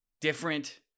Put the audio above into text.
different